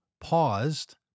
paused